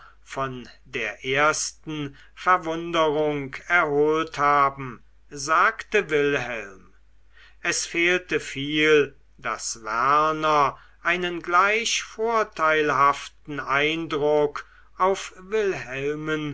von der ersten verwunderung erholt haben sagte wilhelm es fehlte viel daß werner einen gleich vorteilhaften eindruck auf wilhelmen